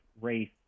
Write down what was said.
race